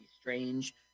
strange